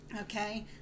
Okay